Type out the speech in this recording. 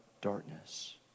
darkness